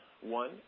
One